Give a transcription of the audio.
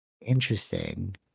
Interesting